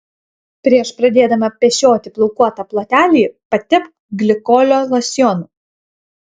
prieš pradėdama pešioti plaukuotą plotelį patepk glikolio losjonu